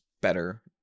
better